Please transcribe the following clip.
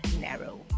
narrow